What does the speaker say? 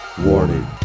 Warning